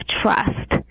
trust